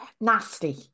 nasty